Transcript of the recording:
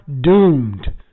doomed